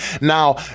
Now